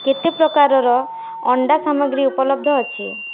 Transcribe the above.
କେତେ ପ୍ରକାରର ଅଣ୍ଡା ସାମଗ୍ରୀ ଉପଲବ୍ଧ ଅଛି